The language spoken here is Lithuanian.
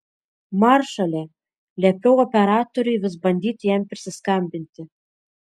maršale liepiau operatoriui vis bandyti jam prisiskambinti